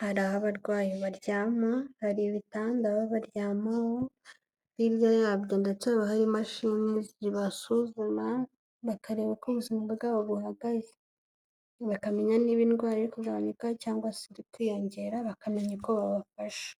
hari aho abarwayi baryama, hari ibitanda baba baryamaho, hirya yabyo ndetse haba hari imashini zibasuzuma bakareba uko ubuzima bwabo buhagaze, bakamenya niba indwara iri kugabanuka cyangwa se iri kwiyongera, bakamenya uko babafasha.